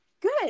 Good